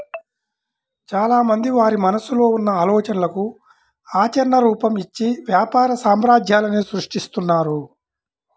చాలామంది వారి మనసులో ఉన్న ఆలోచనలకు ఆచరణ రూపం, ఇచ్చి వ్యాపార సామ్రాజ్యాలనే సృష్టిస్తున్నారు